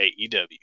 AEW